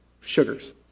sugars